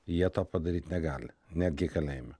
jie to padaryt negali netgi kalėjime